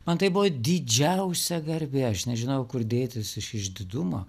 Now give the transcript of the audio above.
man tai buvo didžiausia garbė aš nežinojau kur dėtis iš išdidumo